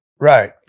Right